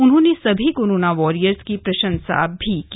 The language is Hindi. उन्होंने सभी कोरोना वारियर्स की प्रं शसा भी की